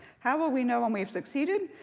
how will we know when we've succeeded?